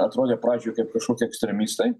atrodė pradžioj kaip kažkokie ekstremistai